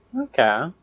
Okay